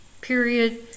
Period